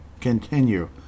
continue